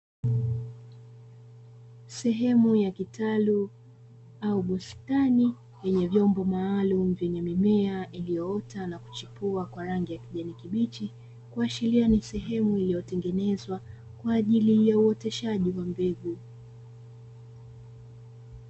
Sehemu ya kitalu au bustani yenye vyombo maalum vyenye mimea iliyoota na kuchipua kwa rangi ya kijani kibichi, kuachilia ni sehemu iliyotengenezwa kwa ajili ya uoteshaji wa mbegu.